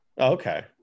Okay